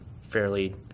fairly